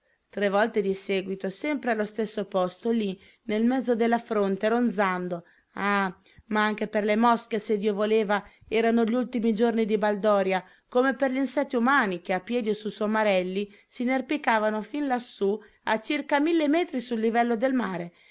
tre volte di seguito sempre allo stesso posto lì nel mezzo della fronte ronzando ah ma anche per le mosche se dio voleva erano gli ultimi giorni di baldoria come per gli insetti umani che a piedi o su somarelli s'inerpicavano fin lassù a circa mille metri sul livello del mare